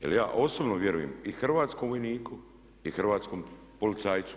Jer ja osobno vjerujem i hrvatskom vojniku i hrvatskom policajcu.